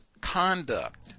conduct